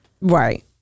Right